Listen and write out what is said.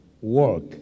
work